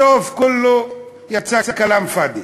בסוף, כולו יצא כלאם פאד'י.